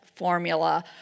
formula